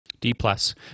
D-plus